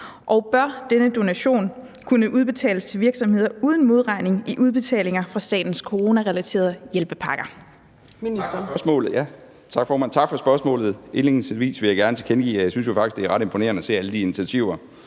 og bør denne donation kunne udbetales til virksomheder uden modregning i udbetalinger fra statens coronarelaterede hjælpepakker?